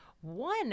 One